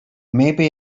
maybe